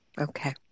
Okay